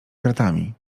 kratami